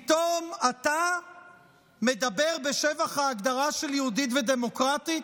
פתאום אתה מדבר בשבח ההגדרה של "יהודית ודמוקרטית"?